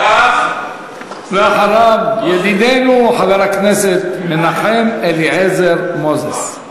ואחריו, חבר הכנסת מנחם אליעזר מוזס.